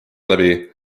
läbi